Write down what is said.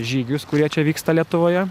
žygius kurie čia vyksta lietuvoje